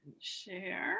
Share